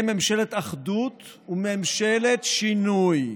אנחנו נהיה ממשלת אחדות וממשלת שינוי.